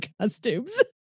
costumes